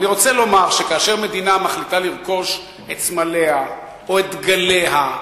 אני רוצה לומר שכאשר מדינה מחליטה לרכוש את סמליה או את דגליה,